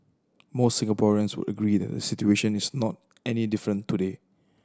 most Singaporeans would agree that the situation is not any different today